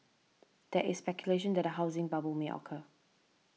there is speculation that a housing bubble may occur